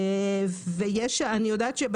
אני יודעת,